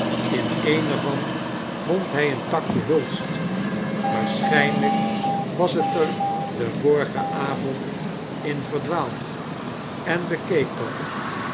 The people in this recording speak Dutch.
in een er van vond hij een takje hulst waarschijnlijk was t er den vorigen avond in verdwaald en bekaek dat